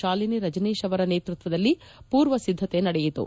ಶಾಲಿನಿ ರಜನೀಶ್ ಅವರ ನೇತೃಕ್ಷದಲ್ಲಿ ಪೂರ್ವ ಸಿದ್ದತಾ ನಡೆಯಿತು